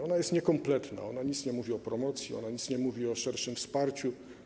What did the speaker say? Ona jest niekompletna, ona nic nie mówi o promocji, ona nic nie mówi o szerszym wsparciu.